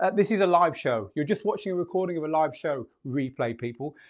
this is a live show. you're just watching a recording of a live show, replay people.